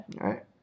right